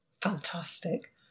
Fantastic